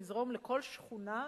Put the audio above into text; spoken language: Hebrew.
לזרום לכל שכונה,